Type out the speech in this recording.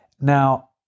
Now